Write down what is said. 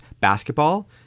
basketball